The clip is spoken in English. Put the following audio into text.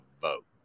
vote